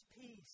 peace